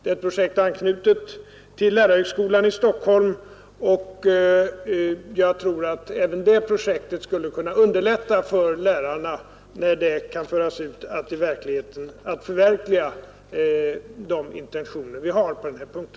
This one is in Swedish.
Detta projekt är anknutet till lärarhögskolan i Stockholm, och jag tror att även detta projekt skall kunna underlätta för lärarna att förverkliga de intentioner vi har på denna punkt.